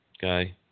guy